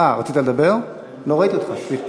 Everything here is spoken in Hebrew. תוסיף אותי, אני לא אספיק להגיע.